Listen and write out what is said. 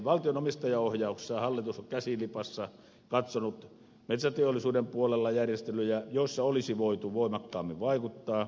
valtion omistajaohjauksessa hallitus on käsi lipassa katsonut metsäteollisuuden puolella järjestelyjä joihin olisi voitu voimakkaammin vaikuttaa